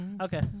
Okay